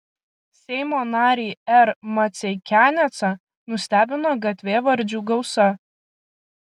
seimo narį r maceikianecą nustebino gatvėvardžių gausa